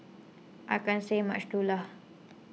I can't say much too lah